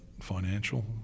financial